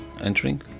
entering